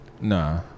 Nah